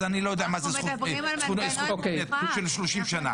אז אני לא יודע מה זה זכות מוקנית של 30 שנה.